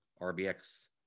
RBX